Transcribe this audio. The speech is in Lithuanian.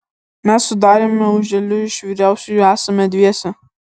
mes su dariumi auželiu iš vyriausiųjų esame dviese